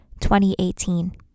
2018